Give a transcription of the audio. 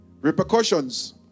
repercussions